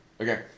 Okay